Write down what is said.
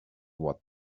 what